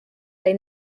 they